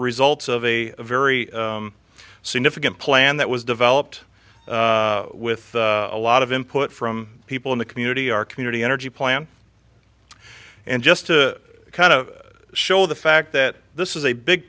results of a very significant plan that was developed with a lot of input from people in the community our community energy plan and just to kind of show the fact that this is a big